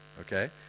Okay